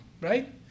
right